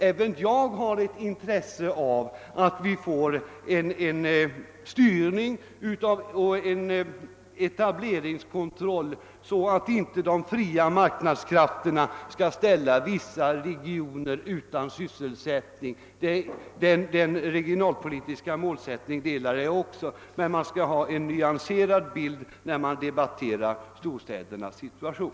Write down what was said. Även jag har ett intresse av att vi får en styrning och en etableringskontroll, så att inte de fria marknadskrafterna skall ställa vissa regioner utan sysselsättning. Den regionalpolitiska målsättningen delar jag också, men jag anser att man skall ha en nyanserad bild när man debatterar storstädernas situation.